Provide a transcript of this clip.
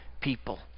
people